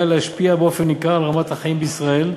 להשפיע באופן ניכר על רמת החיים בישראל.